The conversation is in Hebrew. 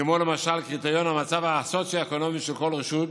כמו למשל קריטריון המצב הסוציו-אקונומי של כל רשות.